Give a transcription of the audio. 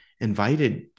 invited